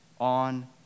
on